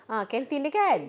ah canteen dia kan